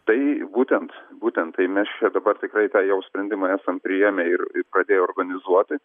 tai būtent būtent tai mes čia dabar tikrai tą jau sprendimą esam priėmę ir ir pradėję organizuoti